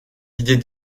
idées